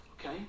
okay